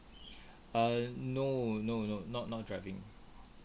err no no no not not driving